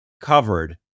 covered